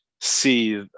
see